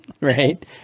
right